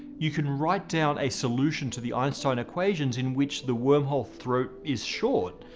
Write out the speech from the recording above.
you can write down a solution to the einstein equations in which the wormhole throat is short,